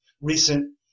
recent